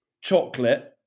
chocolate